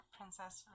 Princess